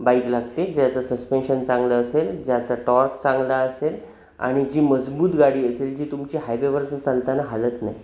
bike लागते ज्याचं suspension चांगलं असेल ज्याचा टॉर्क चांगला असेल आणि जी मजबूत गाडी असेल जी तुमची हायवेवरून चालताना हलत नाही